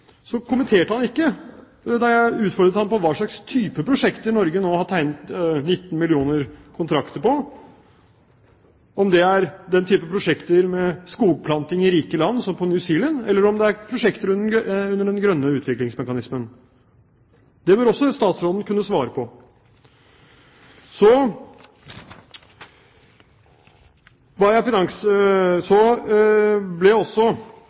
så jeg imøteser hans kommentar til det. I tillegg kommenterte han det ikke da jeg utfordret ham på hva slags type prosjekter Norge nå har tegnet 19 millioner kontrakter på – om det er typen prosjekter med skogplanting i rike land, som på New Zealand, eller om det er prosjekter under den grønne utviklingsmekanismen. Det bør også statsråden kunne svare på. Representanten Heikki Holmås tok opp spørsmålet om sletting av